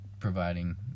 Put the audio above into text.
providing